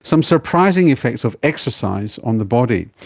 some surprising effects of exercise on the body.